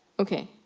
ok.